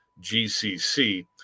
GCC